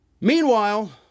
Meanwhile